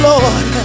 Lord